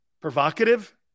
provocative